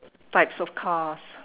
types of cars